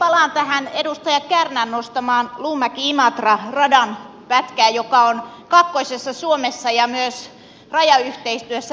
palaan tähän edustaja kärnän nostamaan luumäkiimatra radan pätkään joka on kaakkoisessa suomessa ja myös rajayhteistyössä erinomaisen tärkeä